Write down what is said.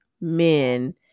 men